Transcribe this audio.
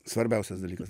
svarbiausias dalykas